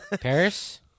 Paris